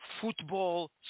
football